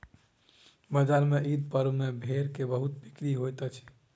बजार में ईद पर्व में भेड़ के बहुत बिक्री होइत अछि